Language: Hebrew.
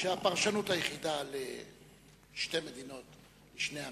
שהפרשנות היחידה לשתי מדינות לשני עמים,